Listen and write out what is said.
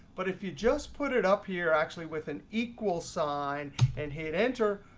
but if you just put it up here actually with an equal sign and hit enter,